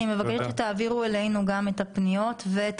אני מבקשת שתעבירו אלינו גם את הפניות ואת